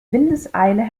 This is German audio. windeseile